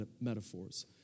metaphors